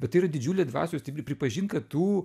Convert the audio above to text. bet tai yra didžiulė dvasios stiprybė pripažint kad tu